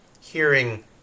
Hearing